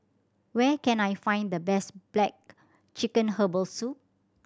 where can I find the best black chicken herbal soup